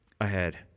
ahead